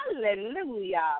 Hallelujah